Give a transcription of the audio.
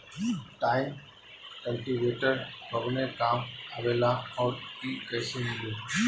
Tine cultivator कवने काम आवेला आउर इ कैसे मिली?